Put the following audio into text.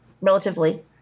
relatively